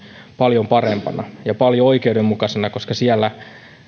paljon parempana ja paljon oikeudenmukaisempana koska siellä